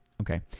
Okay